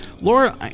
Laura